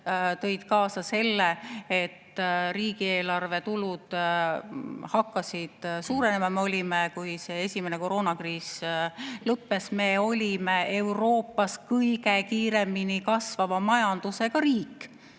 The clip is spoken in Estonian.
tõid kaasa selle, et riigieelarve tulud hakkasid suurenema. Kui esimene koroonakriis lõppes, olime me Euroopas kõige kiiremini kasvava majandusega riik.